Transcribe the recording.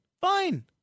Fine